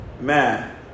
man